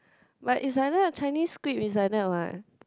but it's like that Chinese script is like that what